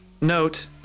note